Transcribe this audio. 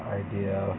idea